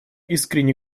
искренне